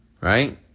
Right